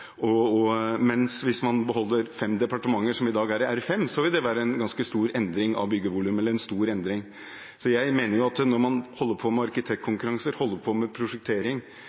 hvis man beholder fem departementer som i dag er i R5, vil det være en stor endring av bygningsvolumet. Så jeg mener at når man holder på med arkitektkonkurranser, holder på med prosjektering,